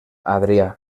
adrià